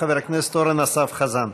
חבר הכנסת אורן אסף חזן.